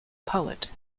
poet